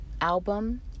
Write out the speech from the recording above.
album